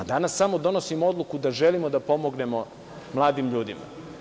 Danas samo donosimo odluku da želimo da pomognemo mladim ljudima.